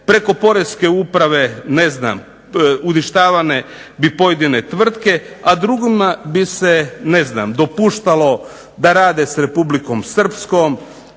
Preko Poreske uprave ne znam uništavane bi pojedine tvrtke, a drugima bi se ne znam dopuštalo da rade s Republikom Srpskom,